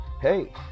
hey